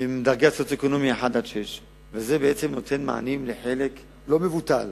מדרגה סוציו-אקונומית 1 6. זה בעצם נותן מענים לחלק לא מבוטל